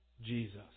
Jesus